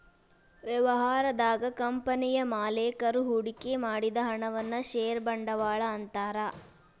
ವ್ಯವಹಾರದಾಗ ಕಂಪನಿಯ ಮಾಲೇಕರು ಹೂಡಿಕೆ ಮಾಡಿದ ಹಣವನ್ನ ಷೇರ ಬಂಡವಾಳ ಅಂತಾರ